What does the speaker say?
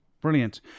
Brilliant